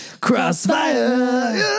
Crossfire